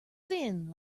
thin